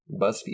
Buzzfeed